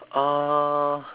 uh